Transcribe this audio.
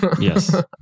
yes